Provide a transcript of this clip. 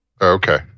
Okay